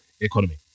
economy